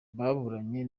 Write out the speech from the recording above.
baburanye